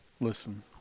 Listen